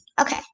Okay